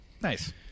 Nice